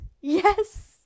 Yes